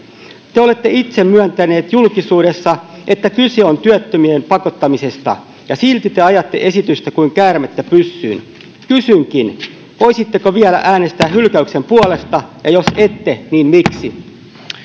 te olette itse myöntänyt julkisuudessa että kyse on työttömien pakottamisesta ja silti te ajatte esitystä kuin käärmettä pyssyyn kysynkin voisitteko vielä äänestää hylkäyksen puolesta ja jos ette niin miksi